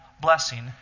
blessing